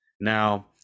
now